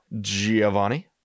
giovanni